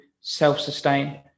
self-sustain